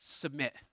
submit